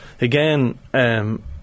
again